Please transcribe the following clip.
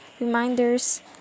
reminders